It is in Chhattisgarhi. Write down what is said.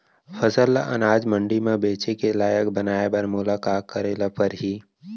फसल ल अनाज मंडी म बेचे के लायक बनाय बर मोला का करे ल परही?